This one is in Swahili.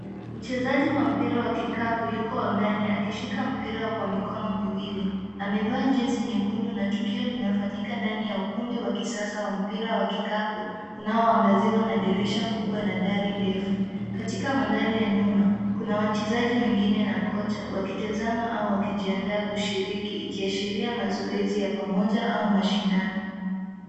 Mchezaji wa mpira wa kikapu yuko angaani akishika mpira kwa mikoni miwili, amevaa jezi nyekundu na tukio linafanyika ndaani ya ukumbi wa kisasa wa mpira wa kikapu unaoangaziwa na dirisha kubwa na dari ndefu. Katika maandari ya nyuma kuna wachezaji wengine na koja wakitazama au wakijiandaa kushiriki ikiashiria mazoezi ya pamoja au mashindano.